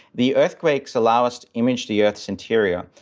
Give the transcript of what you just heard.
the earthquakes allow us to image the earth's interior.